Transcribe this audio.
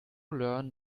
learn